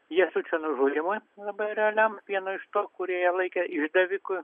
jasučio nužudymui labai realiam vieno iš to kurį jie laikė išdaviku